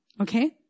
Okay